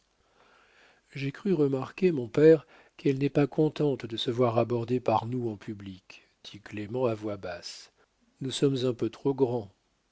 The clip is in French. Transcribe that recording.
j'ai cru remarquer mon père qu'elle n'est pas contente de se voir abordée par nous en public dit clément à voix basse nous sommes un peu trop grands